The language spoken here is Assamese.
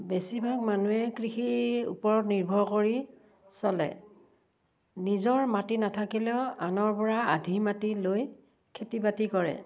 বেছিভাগ মানুহে কৃষিৰ ওপৰত নিৰ্ভৰ কৰি চলে নিজৰ মাটি নাথাকিলেও আনৰপৰা আধি মাটি লৈ খেতি বাতি কৰে